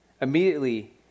Immediately